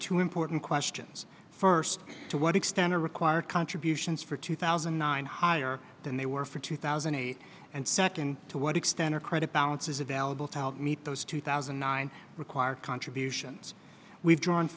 two important questions first to what extent are required contributions for two thousand and nine higher than they were for two thousand and eight and second to what extent or credit balance is available to how to meet those two thousand and nine required contributions we've drawn